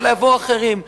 אלא יבואו אחרים.